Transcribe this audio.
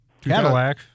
Cadillac